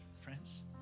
friends